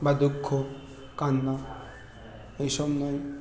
বা দুঃখ কান্না এই সব নয়